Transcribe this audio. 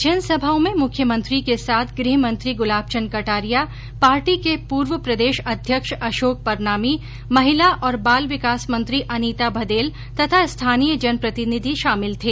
जनसभाओं में मुख्यमंत्री के साथ गृहमंत्री गुलाबचन्द कटारिया पार्टी के पूर्व प्रदेश अध्यक्ष अशोक परनामी महिला और बाल विकास मंत्री अनीता भदेल तथा स्थानीय जनप्रतिनिधि शामिल थे